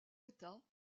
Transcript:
états